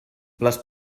les